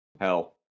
Hell